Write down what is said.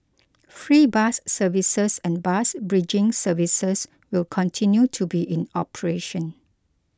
free bus services and bus bridging services will continue to be in operation